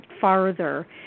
farther